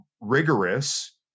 rigorous